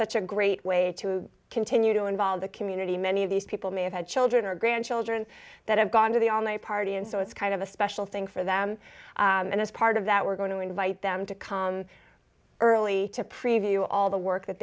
such a great way to continue to involve the community many of these people may have had children or grandchildren that have gone to the all night party and so it's kind of a special thing for them and as part of that we're going to invite them to come early to preview all the work that